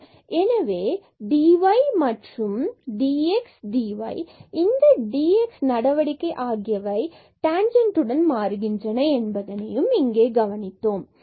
எனவே dy மற்றும் dx dy மற்றும் இந்த dx நடவடிக்கை ஆகியவை டேன்ஜெண்ட்டுடன் மாறுகின்றன என்பதையும் இங்கே கவனித்தோம்